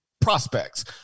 prospects